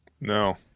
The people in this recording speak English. No